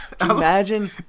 Imagine